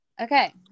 Okay